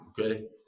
Okay